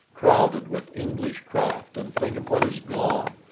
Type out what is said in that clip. crowded with english craft, and think of what is gone,